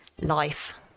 life